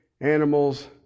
animals